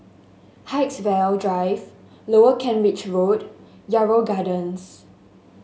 Haigsville Drive Lower Kent Ridge Road Yarrow Gardens